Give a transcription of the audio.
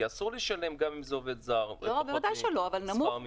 כי אסור לשלם פחות משכר מינימום.